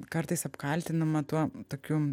kartais apkaltinama tuo tokiu